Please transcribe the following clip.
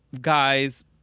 guys